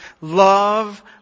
Love